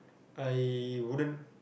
I wouldn't